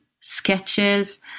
sketches